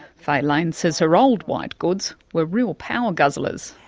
fay lane says her old whitegoods were real power guzzlers.